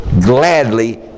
gladly